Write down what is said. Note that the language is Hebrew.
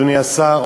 אדוני השר,